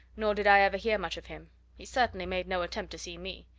nor did i ever hear much of him he certainly made no attempt to see me.